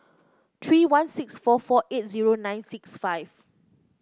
three one six four four eight zero nine six five